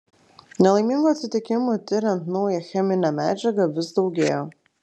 nelaimingų atsitikimų tiriant naują cheminę medžiagą vis daugėjo